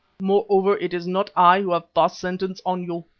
moreover, it is not i who have passed sentence on you.